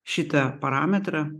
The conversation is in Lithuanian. šitą parametrą